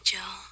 Joe